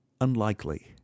Unlikely